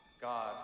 god